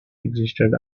existed